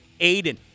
Aiden